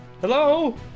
hello